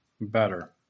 better